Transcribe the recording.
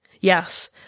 Yes